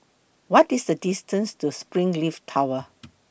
What IS The distance to Springleaf Tower